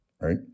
right